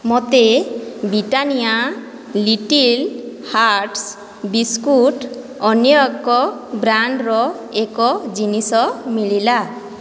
ମୋତେ Britannia Little Hearts ବିସ୍କୁଟ୍ର ଅନ୍ୟ ଏକ ବ୍ରାଣ୍ଡ୍ର ଏକ ଜିନିଷ ମିଳିଲା